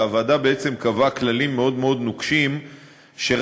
והוועדה בעצם קבעה כללים מאוד מאוד נוקשים שרק